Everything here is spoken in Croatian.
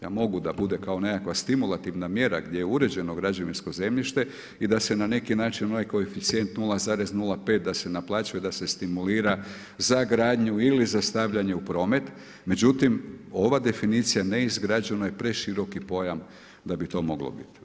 Ja mogu da bude kao nekakva stimulativna mjera gdje je uređeno građevinsko zemljište i da se na neki način onaj koeficijent 0,05 da se naplaćuje, da se stimulira za gradnju ili za stavljanje u promet, međutim ova definicija neizgrađeno je preširoki pojam da bi to moglo biti.